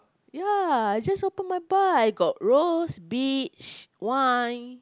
ya I just open my bar I got rose peach wine